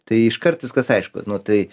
tai iškart viskas aišku nu tai